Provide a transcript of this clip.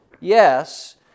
yes